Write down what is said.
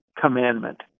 commandment